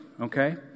okay